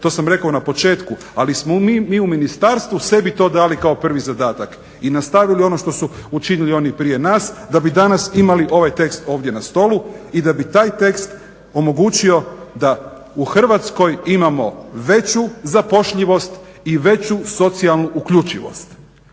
to sam rekao na početku ali smo mi u ministarstvu sebi to dali kao prvi zadatak i nastavili ono što su učinili oni prije nas da bi danas imali ovaj tekst ovdje na stolu i da bi taj tekst omogućio da u Hrvatskoj imamo veću zapošljivost i veću socijalnu uključivost